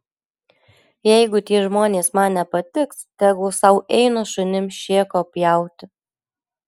jeigu tie žmonės man nepatiks tegul sau eina šunims šėko pjauti